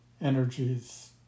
energies